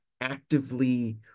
actively